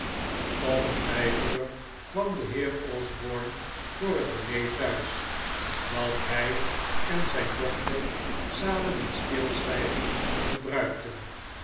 om vijf uur kwam de heer osborne voor het diner thuis dat hij en zijn dochter samen in stilzwijgen gebruikten